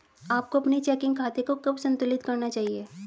आपको अपने चेकिंग खाते को कब संतुलित करना चाहिए?